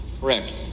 Correct